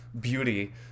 beauty